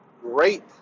great